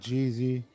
Jeezy